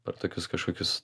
per tokius kažkokius